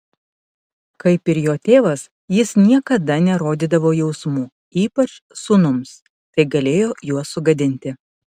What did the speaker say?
kaip ir jo tėvas jis niekada nerodydavo jausmų ypač sūnums tai galėjo juos sugadinti